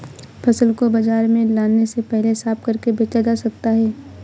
फसल को बाजार में लाने से पहले साफ करके बेचा जा सकता है?